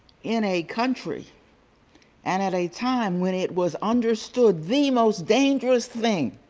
in a country and at a time when it was understood the most dangerous thing